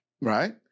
Right